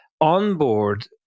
onboard